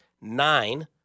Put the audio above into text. nine